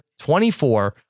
24